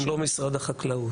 לא משרד החקלאות'.